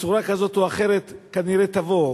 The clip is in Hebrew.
בצורה כזאת או אחרת כנראה תבוא.